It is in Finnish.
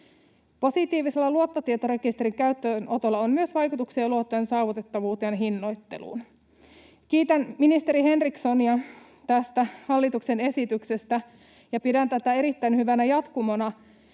Positiivisen luottotietorekisterin käyttöönotolla on myös vaikutuksia luottojen saavutettavuuteen ja hinnoitteluun. Kiitän ministeri Henrikssonia tästä hallituksen esityksestä, ja pidän tätä erittäin hyvänä jatkumona